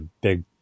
big